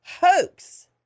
hoax